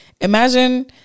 Imagine